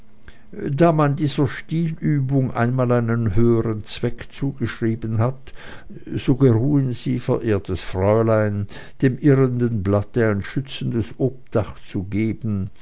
da man dieser stilübung einmal einen höhern zweck zugeschrieben hat so geruhen sie verehrtes fräulein dem irrenden blatte ein schützendes obdach zu geben